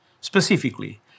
Specifically